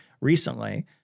recently